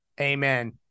Amen